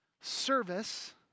service